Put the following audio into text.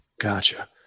Gotcha